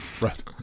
Right